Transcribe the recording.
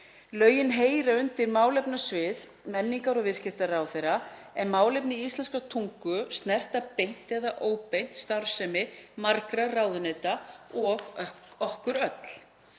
Lögin heyra undir málefnasvið menningar- og viðskiptaráðherra en málefni íslenskrar tungu snerta beint eða óbeint starfsemi margra ráðuneyta og okkur öll.